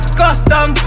custom